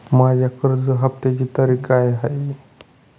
माझ्या कर्ज हफ्त्याची तारीख काय आहे?